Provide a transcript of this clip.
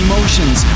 Emotions